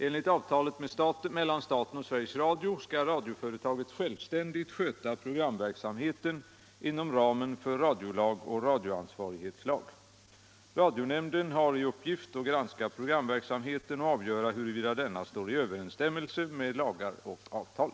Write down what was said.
Enligt avtalet mellan staten och Sveriges Radio skall radioföretaget självständigt sköta programverksamheten, inom ramen för radiolag och radioansvarighetslag. Radionämnden har i uppgift att granska programverksamheten och avgöra huruvida denna står i överensstämmelse med lagar och avtal.